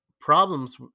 problems